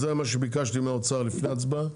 זה מה שביקשתי מהאוצר לפני ההצבעה